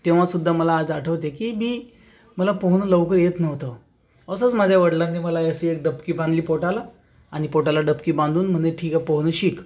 तेव्हा सुद्धा मला आज आठवते की मी मला पोहणं लवकर येत नव्हतं असंच माझ्या वडिलांनी मला अशी एक डुबकी बांधली पोटाला आणि पोटाला डुबकी बांधून म्हणे ठीक आहे पोहणं शिक